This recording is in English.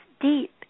deep